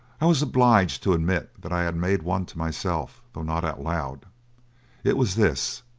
i was obliged to admit that i had made one to myself, though not aloud. it was this.